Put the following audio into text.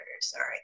Sorry